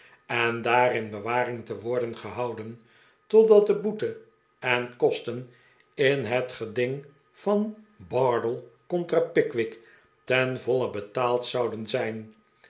en daar in bewaring te worden gehouden totdat de boete en kosten in het geding van bardell contra pickwick ten voile betaald zouden zijn